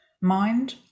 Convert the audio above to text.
mind